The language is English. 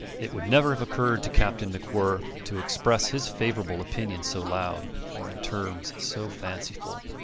it would never have occurred to captain macwhirr to express his favourable opinion so loud or in terms so fanciful.